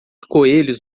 coelhos